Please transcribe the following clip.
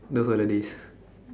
those were the days